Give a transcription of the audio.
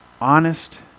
honest